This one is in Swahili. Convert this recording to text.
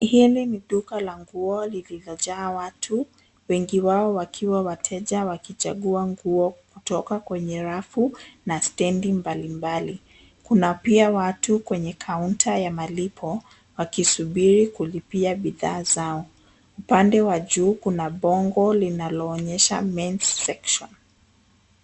Hili ni duka la nguo lililojaa watu, wengi wao wakiwa wateja wakichagua nguo kutoka kwenye rafu na stendi mbalimbali. Kuna pia watu kwenye kaunta ya malipo wakisubiri kulipia bidhaa zao. Upande wa juu kuna bongo linaloonyesha mens section .